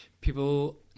people